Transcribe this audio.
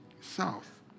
south